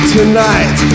Tonight